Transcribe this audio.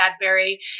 Cadbury